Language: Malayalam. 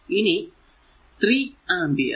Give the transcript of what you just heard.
ഇനി 3 ആമ്പിയർ